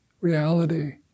reality